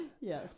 yes